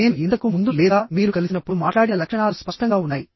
నేను ఇంతకు ముందు లేదా మీరు కలిసినప్పుడు మాట్లాడిన లక్షణాలు స్పష్టంగా ఉన్నాయి